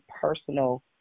personal